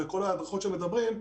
וכל ההנחיות שמדברים,